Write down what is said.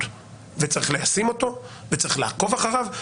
וצריך להשים אותו וצריך לעקוב אחריו.